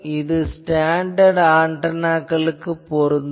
இது ஸ்டாண்டர்ட் ஆன்டெனாக்களுக்குப் பொருந்தும்